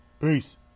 Peace